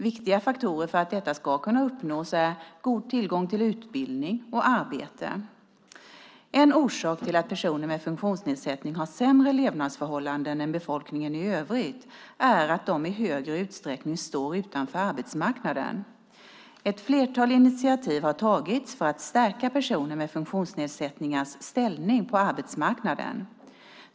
Viktiga faktorer för att detta ska kunna uppnås är god tillgång till utbildning och arbete. En orsak till att personer med funktionsnedsättning har sämre levnadsförhållanden än befolkningen i övrigt är att de i högre utsträckning står utanför arbetsmarknaden. Ett flertal initiativ har tagits för att stärka personer med funktionsnedsättningars ställning på arbetsmarknaden.